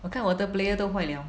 我看我的 player 都坏了